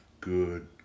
good